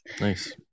Nice